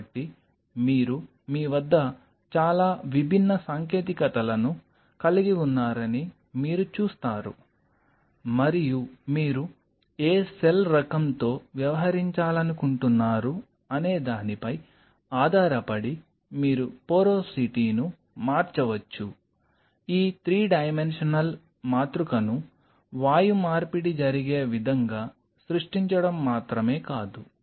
కాబట్టి మీరు మీ వద్ద చాలా విభిన్న సాంకేతికతలను కలిగి ఉన్నారని మీరు చూస్తారు మరియు మీరు ఏ సెల్ రకంతో వ్యవహరించాలనుకుంటున్నారు అనేదానిపై ఆధారపడి మీరు పోరోసిటీను మార్చవచ్చు ఈ 3 డైమెన్షనల్ మాతృకను వాయు మార్పిడి జరిగే విధంగా సృష్టించడం మాత్రమే కాదు